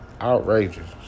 Outrageous